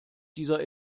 dieser